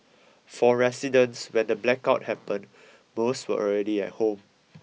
for residents when the blackout happened most were already at home